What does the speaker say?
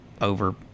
over